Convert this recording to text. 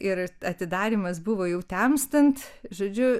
ir atidarymas buvo jau temstant žodžiu